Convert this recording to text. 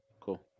Cool